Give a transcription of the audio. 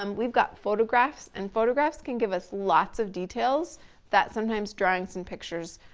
um we've got photographs and photographs can give us lots of details that sometimes drawings and pictures,